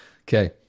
Okay